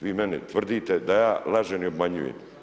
Vi meni tvrdite da ja lažem i obmanjujem.